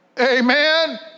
Amen